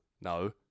no